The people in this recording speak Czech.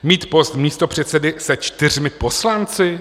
Mít post místopředsedy se čtyřmi poslanci?